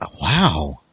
Wow